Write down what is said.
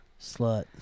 Slut